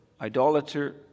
idolater